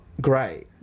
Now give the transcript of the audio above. great